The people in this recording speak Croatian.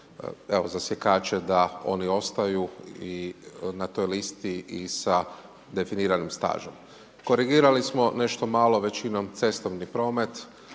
evo, za sjekaču da oni ostaju na toj listi i sa definiranim stažom. Korigirali smo nešto malo, većinom cestovni promet,